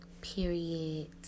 period